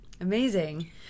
amazing